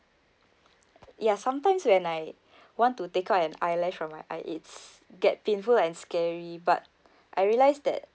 ya sometimes when I want to take out an eyelash from my eye it's get painful and scary but I realise that